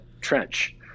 Trench